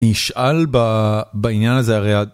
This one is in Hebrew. נשאל ב... בעניין הזה הרי...